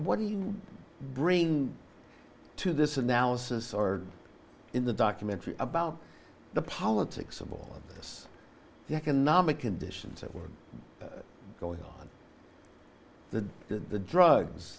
what do you bring to this analysis or is a documentary about the politics of all this the economic conditions that were going on the the